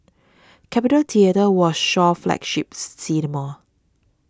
Capitol Theatre was Shaw's flagships cinema